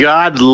God